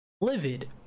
livid